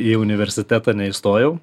į universitetą neįstojau